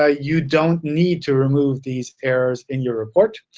ah you don't need to remove these errors in your report